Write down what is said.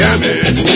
Damage